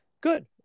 good